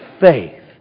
faith